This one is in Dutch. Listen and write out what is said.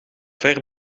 ver